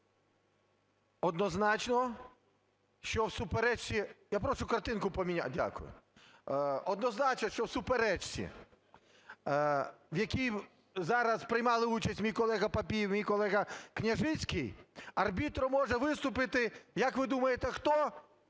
Однозначно, що в суперечці, в якій зараз приймали участь мій колега Папієв і мій колега Княжицький, арбітром може виступити – як ви думаєте, хто?